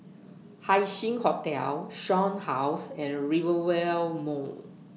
Haising Hotel Shaw House and Rivervale Mall